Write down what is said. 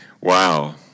Wow